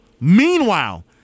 Meanwhile